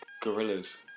gorillas